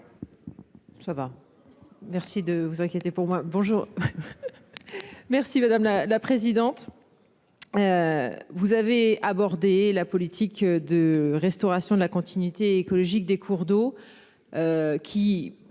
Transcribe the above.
Ça va. Merci de vous inquiéter pour moi, bonjour. Merci madame la présidente. Vous avez abordé la politique de restauration de la continuité écologique des cours d'eau.